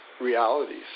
realities